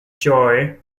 joy